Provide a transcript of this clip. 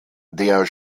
der